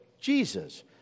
Jesus